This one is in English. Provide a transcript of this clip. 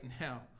now